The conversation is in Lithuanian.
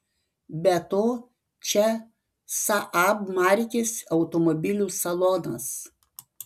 be to čia saab markės automobilių salonas